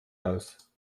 aus